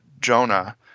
Jonah